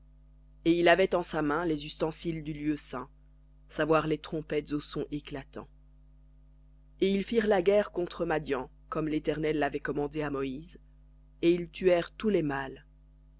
et il avait en sa main les ustensiles du lieu saint savoir les trompettes au son éclatant et ils firent la guerre contre madian comme l'éternel l'avait commandé à moïse et ils tuèrent tous les mâles